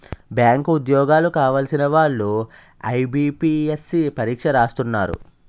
bank ఉద్యోగాలు కావలసిన వాళ్లు ఐబీపీఎస్సీ పరీక్ష రాస్తున్నారు